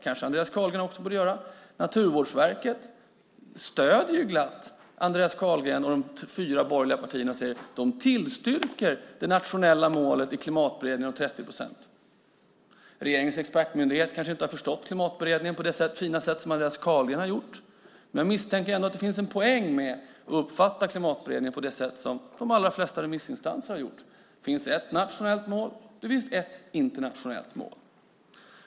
Kanske borde också Andreas Carlgren göra det. Naturvårdsverket stöder glatt Andreas Carlgren och de fyra borgerliga partierna och tillstyrker det nationella målet om 30 procent i Klimatberedningen. Regeringens expertmyndighet har kanske inte förstått Klimatberedningen på samma fina sätt som Andreas Carlgren. Men jag misstänker att det finns en poäng med att uppfatta Klimatberedningen på det sätt som de allra flesta remissinstanserna gjort: att det finns ett nationellt mål och att det finns ett internationellt mål.